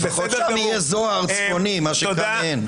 לפחות שם יהיה זוהר צפוני, מה שכאן אין.